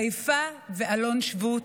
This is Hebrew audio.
חיפה ואלון שבות,